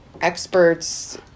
experts